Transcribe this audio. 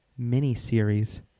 miniseries